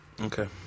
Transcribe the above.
Okay